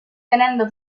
tenendo